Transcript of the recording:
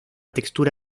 textura